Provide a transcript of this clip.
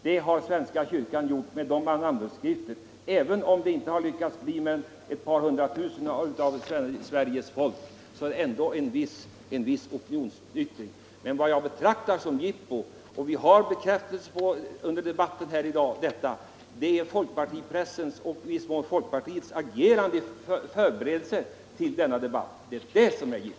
Det har svenska kyrkan åstadkommit med dessa namnunderskrifter. Även om man inte lyckades samla mer än ett par hundra tusen av Sveriges medborgare, är dessa namnunderskrifter dock att betrakta som uttryck för en viss opinion. Men vad jag ser som ett jippo, och vi har under dagens debatt fått bekräftelse på att det förhåller sig så, är folkpartipressens och folkpartiets agerande i förberedelserna till denna debatt. Det är det som är ett jippo.